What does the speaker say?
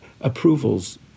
approvals